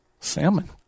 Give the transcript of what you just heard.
Salmon